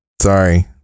Sorry